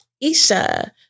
Isha